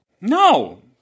No